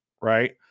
right